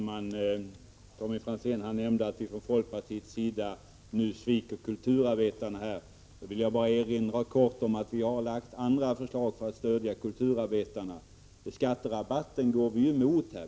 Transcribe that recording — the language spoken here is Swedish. Herr talman! Tommy Franzén sade att vi från folkpartiets sida nu sviker kulturarbetarna. Då vill jag bara erinra om att vi har lagt fram andra förslag för att stödja kulturarbetarna. Skatterabatten går vi emot.